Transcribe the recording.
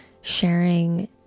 sharing